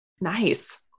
Nice